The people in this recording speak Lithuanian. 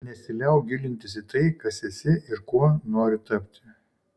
nesiliauk gilintis į tai kas esi ir kuo nori tapti